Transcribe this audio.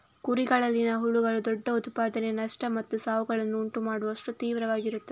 ಕುರಿಗಳಲ್ಲಿನ ಹುಳುಗಳು ದೊಡ್ಡ ಉತ್ಪಾದನೆಯ ನಷ್ಟ ಮತ್ತು ಸಾವುಗಳನ್ನು ಉಂಟು ಮಾಡುವಷ್ಟು ತೀವ್ರವಾಗಿರುತ್ತವೆ